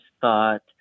thought